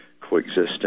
coexisting